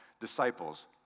disciples